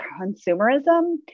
consumerism